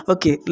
Okay